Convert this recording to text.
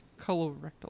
Colorectal